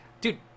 dude